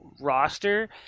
roster